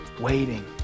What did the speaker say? waiting